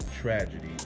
tragedy